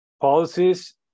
policies